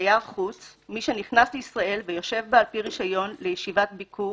"תייר חוץ" מי שנכנס לישראל ויושב בה על-פי רישיון לישיבת ביקור